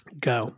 Go